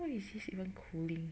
how is this even cooling